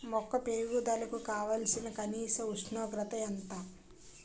మొక్క పెరుగుదలకు కావాల్సిన కనీస ఉష్ణోగ్రత ఎంత?